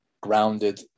grounded